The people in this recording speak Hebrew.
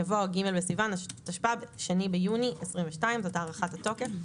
יבוא "ג' בסיוון התשפ"ב (2 ביוני 2022)". זו הארכת התוקף.